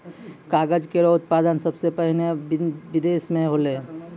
कागज केरो उत्पादन सबसें पहिने बिदेस म होलै